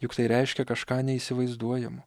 juk tai reiškia kažką neįsivaizduojamo